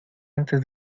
antes